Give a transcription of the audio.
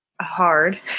hard